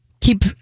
keep